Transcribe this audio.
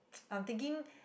I'm thinking